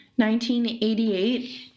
1988